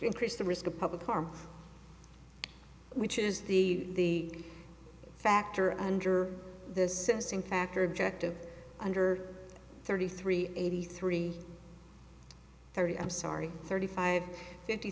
increase the risk of public harm which is the factor under the sensing factor objective under thirty three eighty three thirty i'm sorry thirty five fifty